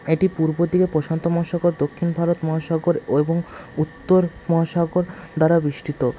এটি পূর্ব দিকে প্রশান্ত মহাসাগর দক্ষিণ ভারত মহাসাগর ও এবং উত্তর মহাসাগর দ্বারা বেষ্টিত